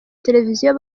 televiziyo